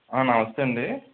నమస్తే అండి